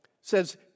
says